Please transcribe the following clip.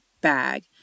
bag